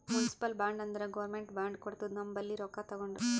municipal bond ಅಂದುರ್ government bond ಕೊಡ್ತುದ ನಮ್ ಬಲ್ಲಿ ರೊಕ್ಕಾ ತಗೊಂಡು